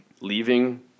leaving